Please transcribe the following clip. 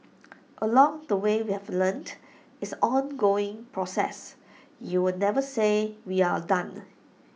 along the way we have learnt it's an ongoing process you will never say we're done